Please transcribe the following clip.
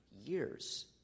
years